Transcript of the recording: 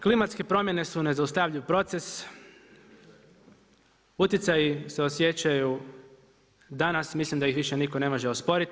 Klimatske promjene su nezaustavljiv proces, utjecaji se osjećaju danas, mislim da ih više nitko ne može osporiti.